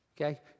okay